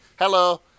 Hello